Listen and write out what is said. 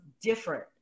different